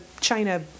China